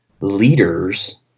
leaders